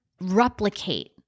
replicate